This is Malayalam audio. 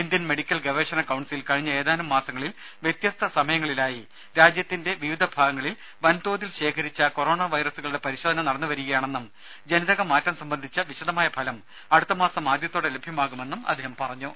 ഇന്ത്യൻ മെഡിക്കൽ ഗവേഷണ കൌൺസിൽ കഴിഞ്ഞ ഏതാനും മാസങ്ങളിൽ വ്യത്യസ്ത സമയങ്ങളിലായി രാജ്യത്തിന്റെ വിവിധ ഭാഗങ്ങളിൽ വൻതോതിൽ ശേഖരിച്ച കൊറോണ വൈറസുകളുടെ പരിശോധന നടന്നു വരികയാണെന്നും ജനിതക മാറ്റം സംബന്ധിച്ച വിശദമായ ഫലം അടുത്ത മാസം ആദ്യത്തോടെ ലഭ്യമാകുമെന്ന് അദ്ദേഹം പറഞ്ഞു